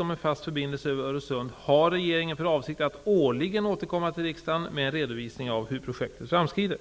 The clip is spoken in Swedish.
om en fast förbindelse över Öresund har regeringen för avsikt att årligen återkomma till riksdagen med en redovisning av hur projektet framskrider.